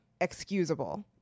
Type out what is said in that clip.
excusable